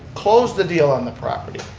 closed the deal on the property,